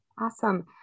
Awesome